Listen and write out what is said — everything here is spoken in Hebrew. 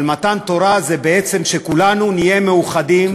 אבל מתן תורה זה בעצם שכולנו נהיה מאוחדים,